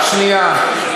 רק שנייה.